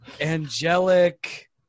angelic